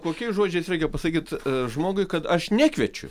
kokiais žodžiais reikia pasakyt žmogui kad aš nekviečiu